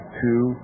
two